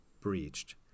breached